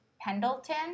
Pendleton